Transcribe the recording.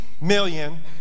million